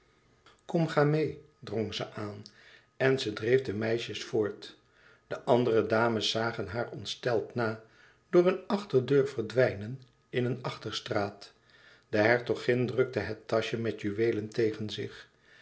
kom ga meê drong ze aan en ze dreef de meisjes voort de andere dames zagen haar ontsteld na door een achterdeur verdwijnen in een achterstraat de hertogin drukte het taschje met juweelen tegen zich